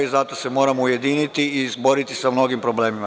Zato se moramo ujediniti i izboriti sa mnogim problemima.